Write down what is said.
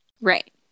Right